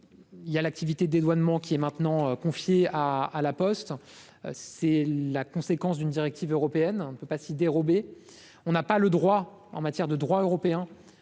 il y a l'activité dédouanement qui est maintenant confiée à à la Poste, c'est la conséquence d'une directive européenne, on ne peut pas s'y dérober, on n'a pas le droit en matière de droit européen